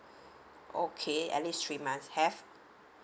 okay at least three months have